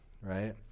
right